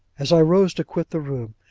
as i rose to quit the room,